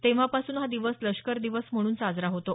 तेव्हापासून हा दिवस लष्कर दिवस म्हणून साजरा होतो